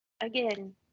again